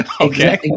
Okay